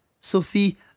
Sophie